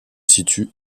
situent